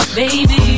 baby